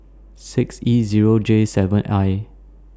six E Zero J seven I